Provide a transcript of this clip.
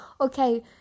okay